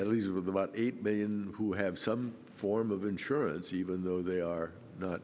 at least with about eight million who have some form of insurance even though they are